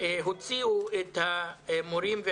הוציאו את המורים,